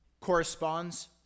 corresponds